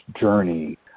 journey